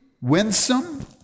winsome